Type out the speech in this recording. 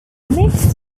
mixed